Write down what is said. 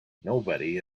nobody